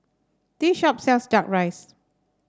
this shop sells duck rice